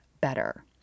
better